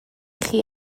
chi